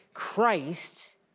Christ